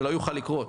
זה לא יוכל לקרות.